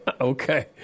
Okay